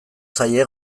zaie